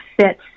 fit